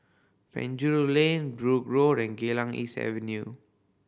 Penjuru Lane Brooke Road and Geylang East Avenue